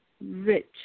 rich